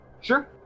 Sure